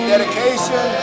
dedication